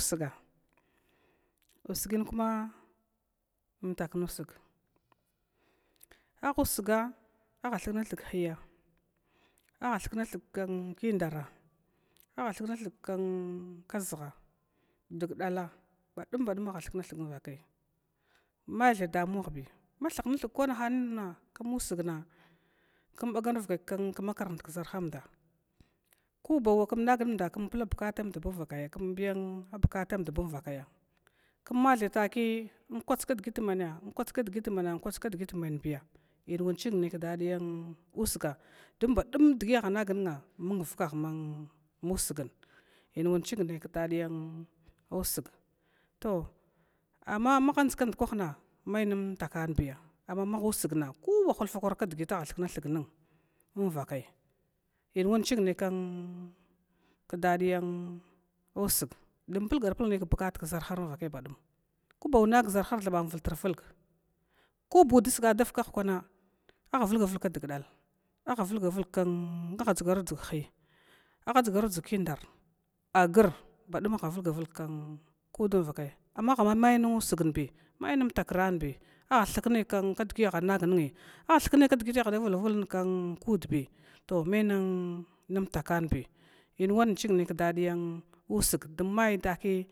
Usga usgnikuma umtaknusga aha thukna, thug khiya aha thugna thug kindara aha thugna thug kʒʒuha dug dala badum aha thuk may tha damuwahbi, mathuknathug kwanahanina kum usgna kumbaga makarant kʒarhamda, kobanwa kmnag nmda kmpla bukatamd bamuvaka kamthai takiy kwats kdgi ndukwa mana kwats kdgit mana kwats kdgi manabi, in wan chig nai kdadiya usgna don badum dgiyahanag nunna mung vakk musgana inwa chingai kdayan usgna ton amma mung kusna mai nam takambiya, amman musgana in wan chig nai kdadiya unpulagar pulg nai kbakat kʒarhar ko ba wan ag ʒarhar thaba invultrvulg koba ud sga ola vakhkwana ahavlgavlg kdgdal aha vlga vlgkn aha dʒgrudʒg khi a dʒgaru dʒga kindar, agr badum aha vulga vulkud un va kai maha may nun usgnbi may nmtakrahnbi aha thuk nai kdgi anagnunbi a thuk nai kdgi ahada vulga vulg nun kudbi, to me nmtanbi inwan ching ne kdadiya usg thug mayi taki.